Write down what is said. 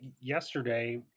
yesterday